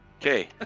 Okay